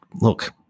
look